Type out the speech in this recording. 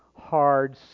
hard